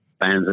fans